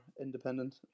independent